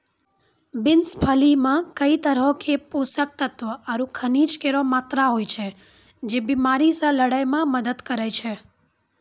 beans फली मे कई तरहो क पोषक तत्व आरु खनिज केरो मात्रा होय छै, जे बीमारी से लड़ै म मदद करै छै